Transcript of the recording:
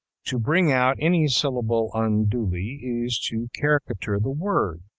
to bring out any syllable unduly is to caricature the word.